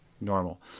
normal